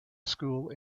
school